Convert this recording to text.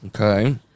Okay